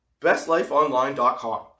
bestlifeonline.com